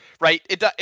right